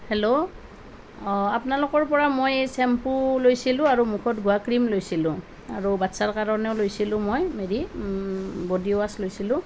hello আপোনালোকৰ পৰা মই চেম্পু লৈছিলোঁ আৰু মুখত ঘঁহা ক্ৰীম লৈছিলোঁ আৰু বাচ্ছাৰ কাৰণেও লৈছিলোঁ মই হেৰি ব'ডি ৱাচ লৈছিলোঁ